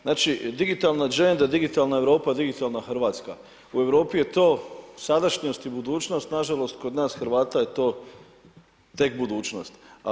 Znači digitalna agenda, digitalna Europa, digitalna Hrvatska u Europi je to sadašnjost i budućnost, nažalost kod nas Hrvata je to tek budućnost.